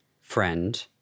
friend